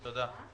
תודה.